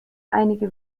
einige